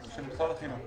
של משרד החינוך.